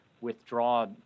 withdraw